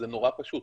זה נורא פשוט.